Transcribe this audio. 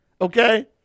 Okay